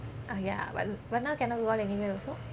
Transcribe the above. oh ya but now cannot go out anywhere also